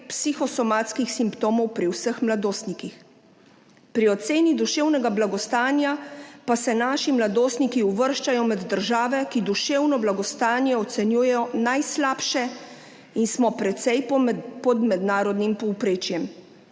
psihosomatskih simptomov pri vseh mladostnikih. Pri oceni duševnega blagostanja pa se naši mladostniki uvrščajo med države, ki duševno blagostanje ocenjujejo najslabše in smo precej pod mednarodnim povprečjem.